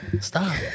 Stop